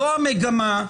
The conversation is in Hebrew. זו המגמה,